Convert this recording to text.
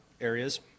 areas